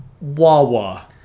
Wawa